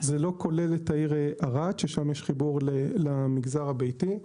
זה לא כולל את העיר ערד שם יש חיבור למגזר הביתי.